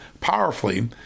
powerfully